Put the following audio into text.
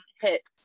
hits